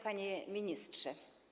Panie Ministrze!